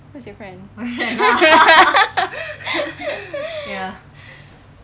who's your friend